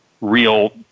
real